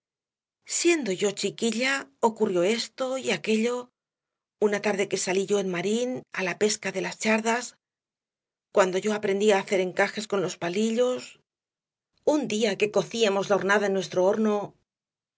siendo yo chiquilla ocurrió esto y aquello una tarde que salí yo en marín á la pesca de las xardas cuando yo aprendía á hacer encajes con los palillos un día que cocíamos la hornada en nuestro horno